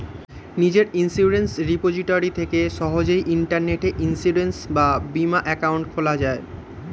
নিজের insurance repository থেকে সহজেই ইন্টারনেটে ইন্সুরেন্স বা বীমা অ্যাকাউন্ট খোলা যায়